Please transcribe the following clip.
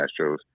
Astros